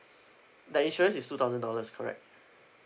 the insurance is two thousand dollars correct